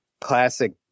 classic